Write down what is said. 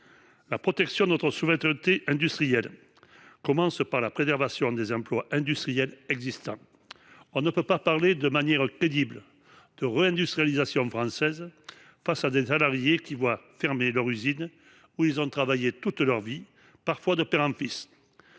La protection de notre souveraineté industrielle commence par la préservation des emplois industriels existants. On ne peut pas parler de manière crédible de re-industrialisation française face à des salariés qui voient fermer leur usine où ils ont travaillé toute leur vie, parfois de père en fils.